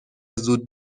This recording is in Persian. زود